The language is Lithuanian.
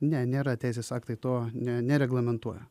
ne nėra teisės aktai to ne nereglamentuoja